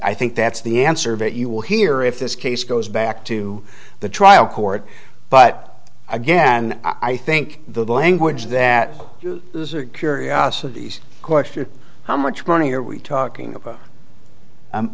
i think that's the answer that you will hear if this case goes back to the trial court but again i think the language that curiosity's question how much money are we talking about